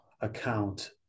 account